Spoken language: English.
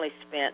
spent